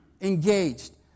engaged